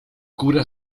cura